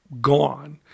gone